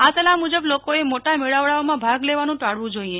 આ સલાહ મુજબ લોકોએ મોટા મેળવડાઓમાં ભાગ લેવાનું ટાળવું જોઈએ